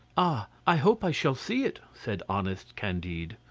ah! i hope i shall see it, said honest candide.